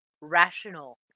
rational